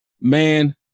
man